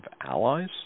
allies